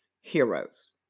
heroes